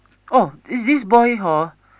oh is this boy hor